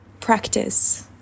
practice